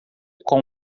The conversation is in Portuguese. com